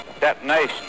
detonation